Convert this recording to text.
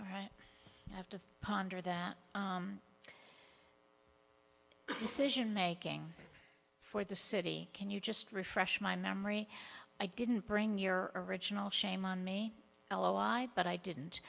right i have to ponder that decision making for the city can you just refresh my memory i didn't bring your original shame on me l o l i but i didn't